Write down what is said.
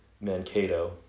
Mankato